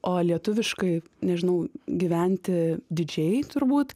o lietuviškai nežinau gyventi didžiai turbūt